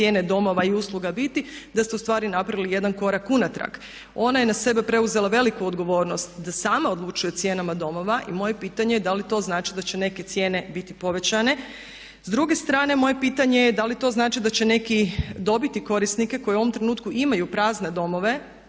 cijene domova i usluga biti, da ste ustvari napravili jedan korak unatrag. Ona je na sebe preuzela da sama odlučuje o cijenama domova. I moje pitanje je da li to znači da će neke cijene biti povećane? S druge strane, moje pitanje je da li to znači da će neki dobiti korisnike koji u ovom trenutku imaju prazne domove,